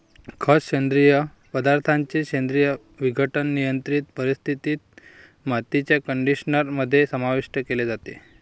खत, सेंद्रिय पदार्थांचे सेंद्रिय विघटन, नियंत्रित परिस्थितीत, मातीच्या कंडिशनर मध्ये समाविष्ट केले जाते